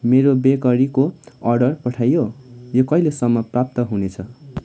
मेरो बेकरीको अर्डर पठाइयो यो कहिलेसम्म प्राप्त हुनेछ